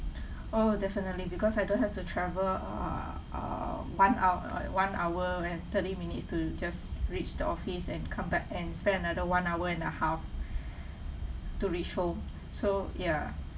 oh definitely because I don't have to travel err err one ho~ uh one hour and thirty minutes to just reach the office and come back and spend another one hour and a half to reach home so ya